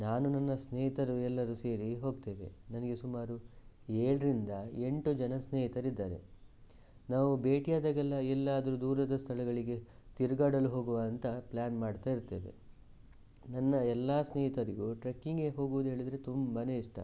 ನಾನು ನನ್ನ ಸ್ನೇಹಿತರು ಎಲ್ಲರು ಸೇರಿ ಹೋಗ್ತೇವೆ ನನಗೆ ಸುಮಾರು ಏಳರಿಂದ ಎಂಟು ಜನ ಸ್ನೇಹಿತರಿದ್ದಾರೆ ನಾವು ಭೇಟಿಯಾದಾಗೆಲ್ಲ ಎಲ್ಲಾದರೂ ದೂರದ ಸ್ಥಳಗಳಿಗೆ ತಿರುಗಾಡಲು ಹೋಗುವ ಅಂತ ಪ್ಲ್ಯಾನ್ ಮಾಡ್ತಾ ಇರ್ತೇವೆ ನನ್ನ ಎಲ್ಲ ಸ್ನೇಹಿತರಿಗೂ ಟ್ರೆಕಿಂಗ್ಗೆ ಹೋಗುವುದು ಹೇಳಿದರೆ ತುಂಬಾನೇ ಇಷ್ಟ